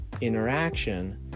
interaction